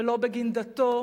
ולא בגין דתו